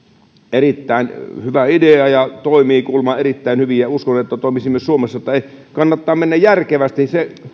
erittäin hyvä idea ja toimii kuulemma erittäin hyvin ja uskon että se toimisi myös suomessa kannattaa mennä järkevästi